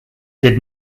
did